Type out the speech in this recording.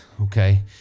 okay